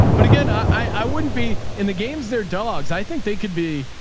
but again, i wouldn't be in the games, their dogs, i think they could be.